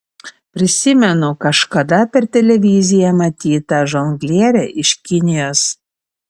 prisimenu kažkada per televiziją matytą žonglierę iš kinijos